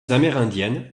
amérindiennes